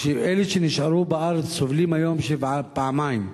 אלה שנשארו בארץ סובלים היום פעמיים: